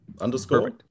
underscore